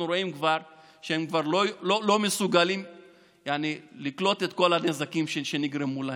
אנחנו רואים שהם כבר לא מסוגלים לקלוט את כל הנזקים שנגרמו להם,